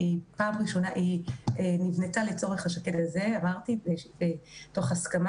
היא נבנתה לצורך השק"ד הזה מתוך הסכמה